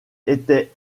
était